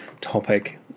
topic